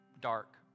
Dark